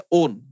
own